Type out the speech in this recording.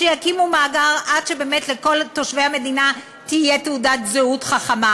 שיקימו מאגר עד שלכל תושבי המדינה תהיה תעודת זהות חכמה.